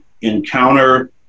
encounter